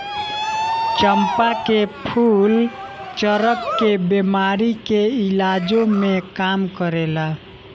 चंपा के फूल चरक के बेमारी के इलाजो में काम करेला